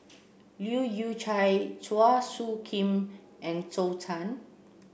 Leu Yew Chye Chua Soo Khim and Zhou Can